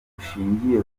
bushingiye